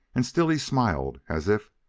and still he smiled, as if,